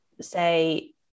say